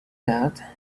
that